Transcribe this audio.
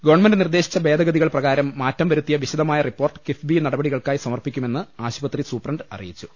government നിർദ്ദേശിച്ച ഭേദഗതികൾ പ്രകാരം മാറ്റം വരുത്തിയ വിശദമായ റിപ്പോർട്ട് കിഫ്ബി നടപടികൾക്കായി സമർപ്പിക്കു മെന്ന് ആശു പത്രി സൂപ്രണ്ട് അറിയിച്ചു